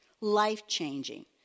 life-changing